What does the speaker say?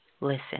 Listen